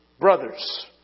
Brothers